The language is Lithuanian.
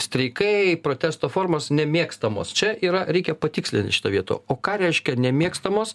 streikai protesto formos nemėgstamos čia yra reikia patikslint šito vieto o ką reiškia nemėgstamos